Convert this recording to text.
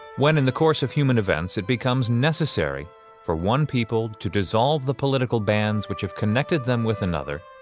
when in the course of human events it becomes necessary for one people to dissolve the political bands which have connected them with another,